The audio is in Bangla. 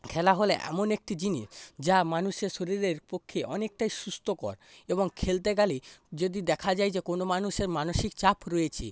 খেলা হলো এমন একটি জিনিস যা মানুষের শরীরের পক্ষে অনেকটাই সুস্থকর এবং খেলতে গেলে যদি দেখা যায় যে কোনো মানুষের মানসিক চাপ রয়েছে